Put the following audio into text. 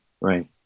Right